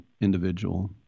individual